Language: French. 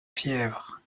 fièvre